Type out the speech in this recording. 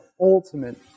ultimate